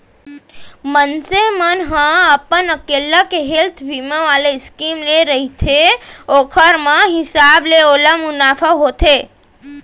मनसे मन ह अपन अकेल्ला के हेल्थ बीमा वाले स्कीम ले रहिथे ओखर हिसाब ले ओला मुनाफा होथे